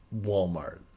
Walmart